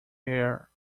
air